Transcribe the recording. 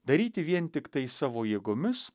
daryti vien tiktai savo jėgomis